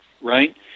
right